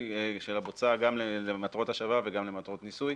של הבוצה גם למטרות השבה וגם למטרות ניסוי.